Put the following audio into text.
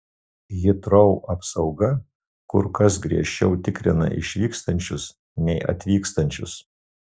hitrou apsauga kur kas griežčiau tikrina išvykstančius nei atvykstančius